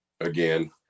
Again